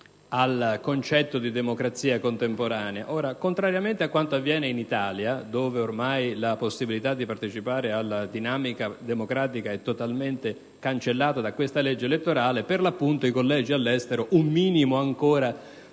al concetto di democrazia contemporanea. Contrariamente a quanto avviene in Italia, dove ormai la possibilità di partecipare alla dinamica democratica è totalmente cancellata dalla vigente legge elettorale, i collegi esteri offrono ancora